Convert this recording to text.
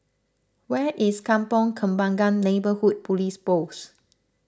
where is Kampong Kembangan Neighbourhood Police Post